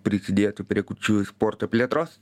prisidėtų prie kurčiųjų sporto plėtros